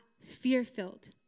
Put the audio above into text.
fear-filled